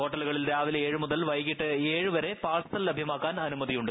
ഹോട്ടലുകളിൽ രാവിലെ ഏഴ് മുതൽ വൈകിട്ട് ഏഴ് വരെ പാഴ്സൽ ലഭ്യമാട്ക്കാൻ അനുമതിയുണ്ട്